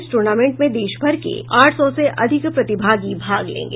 इस टूर्नामेंट में देश भर के आठ सौ से अधिक प्रतिभागी भाग लेंगे